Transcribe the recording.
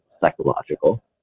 psychological